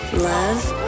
love